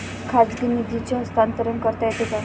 खाजगी निधीचे हस्तांतरण करता येते का?